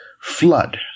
flood